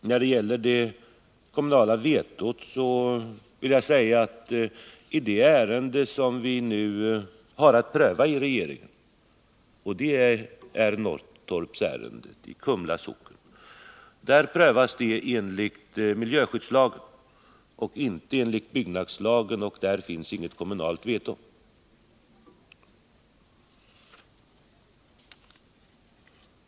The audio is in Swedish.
När det gäller det kommunala vetot vill jag påpeka att i det ärende vi nu har att pröva i regeringen — Norrtorpsärendet i Kumla kommun — så görs prövningen enligt miljöskyddslagen och inte enligt byggnadslagen, och där finns inget kommunalt veto.